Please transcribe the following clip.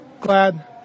glad